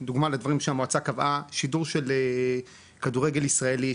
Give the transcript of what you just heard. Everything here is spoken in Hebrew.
דוגמא לדברים שהמועצה קבעה שידור של כדורגל ישראלי,